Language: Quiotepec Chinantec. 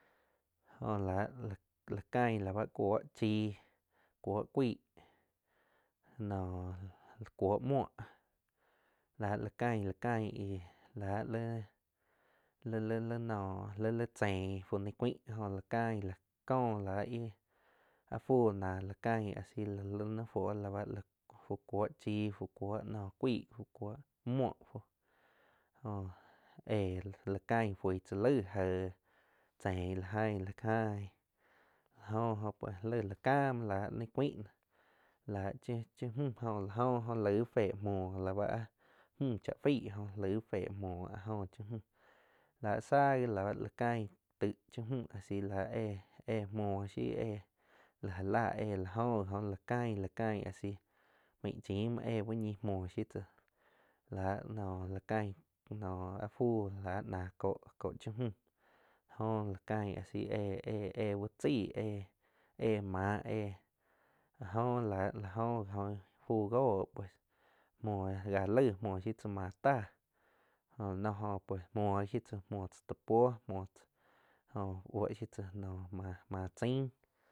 Joh lah la cain la báh ccuo chii cuoh caig nóh cuo muoh laá, lá cain la caín íh láh li-li noh li tzein ni cuain jó caig la ko la ih a fu náh cain a si li ni fui la fu kuoh chi fu cuo nó cuiag fu cuo muo fu jo éh la cain fui tza leig jeh chein la jai la jai la jo oh pues laig la ca muo la ni cuaig la chi mju jo la jo oh laig fé muoh la ba ah mu cha fai lai fe muo áh jo ch amu la sa gi la ba cain taig cha mju a si la éh-éh muoh shiu éh la ja ál éh lai la jo ih jo la cain asi main chim muo éh uh ñi muo shiu tzá láh nó la cain nóh a fú lah ná co, co cha mju jo la cain asi éh-eh úh chaig eh-eh mah áh jo la fu go pues muoh ja laig muo shiu tzá mah táh jo la no pues muh shiu tzá ta puo muoh tzá jo buo shiu tza noh ma chain.